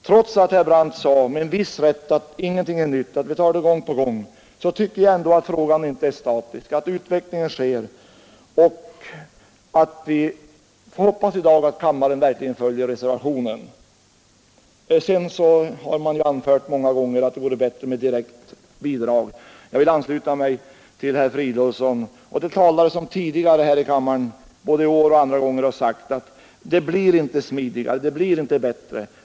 Trots att herr Brandt sade med en viss rätt att ingenting är nytt, att vi tar upp detta gång på gång, så tycker jag ändå att frågan inte är statisk utan att en utveckling sker. Vi får hoppas att kammaren verkligen följer reservationen. Man har ju anfört många gånger att det vore bättre med direkt bidrag. Jag vill här i dag ansluta mig till herr Fridolfsson. Det har sagts förut här i kammaren — både i år och tidigare — att det inte blir smidigare, att det inte blir bättre.